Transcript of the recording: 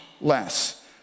less